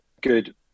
good